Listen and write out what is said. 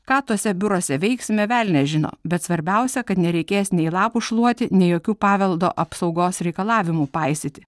ką tuose biuruose veiksime velnias žino bet svarbiausia kad nereikės nei lapų šluoti nei jokių paveldo apsaugos reikalavimų paisyti